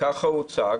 כך הוא הוצג,